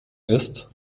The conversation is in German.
ist